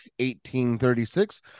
1836